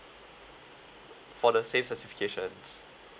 for the same certifications